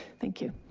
thank you.